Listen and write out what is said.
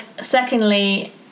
secondly